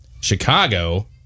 Chicago